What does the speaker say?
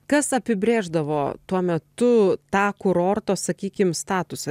kas apibrėždavo tuo metu tą kurorto sakykim statusą